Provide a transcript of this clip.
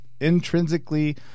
intrinsically